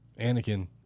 Anakin